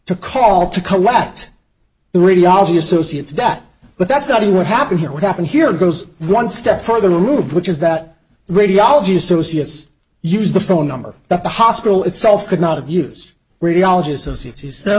to call to collapse the radiology associates that but that's not what happened here what happened here goes one step further removed which is that radiology associates used the phone number that the hospital itself could not have used radiolog